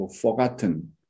forgotten